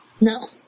No